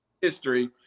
history